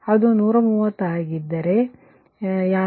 ಅದು 130 ಆಗಿದ್ದರೆ λ78